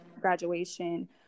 graduation